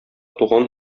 туган